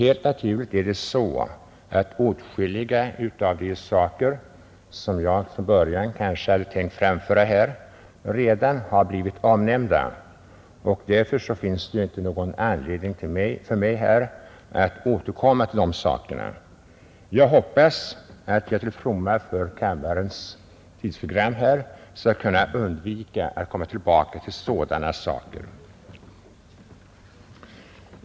Helt naturligt är det så att åtskilliga av de saker som jag från början hade tänkt framföra redan har blivit omnämnda, och därför finns det inte någon anledning för mig att återkomma till dem. Jag hoppas att jag till fromma för kammarens tidsprogram skall kunna undvika att gå tillbaka till sådana saker som redan diskuterats.